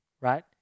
right